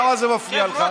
למה זה מפריע לך?